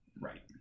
Right